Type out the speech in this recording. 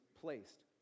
placed